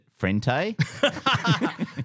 FrenTe